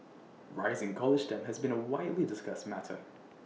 rising college debt has been A widely discussed matter